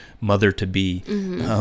mother-to-be